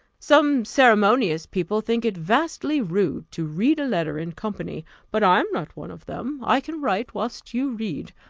some ceremonious people think it vastly rude to read a letter in company but i am not one of them i can write whilst you read,